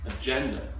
agenda